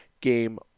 Game